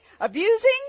abusing